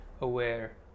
aware